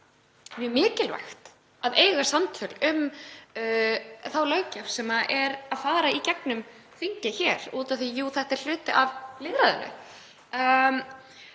mjög mikilvægt að eiga samtal um þá löggjöf sem er að fara í gegnum þingið af því að þetta er jú hluti af lýðræðinu.